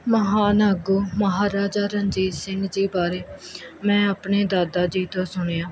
ਮਹਾਨ ਆਗੂ ਮਹਾਰਾਜਾ ਰਣਜੀਤ ਸਿੰਘ ਜੀ ਬਾਰੇ ਮੈਂ ਆਪਣੇ ਦਾਦਾ ਜੀ ਤੋਂ ਸੁਣਿਆ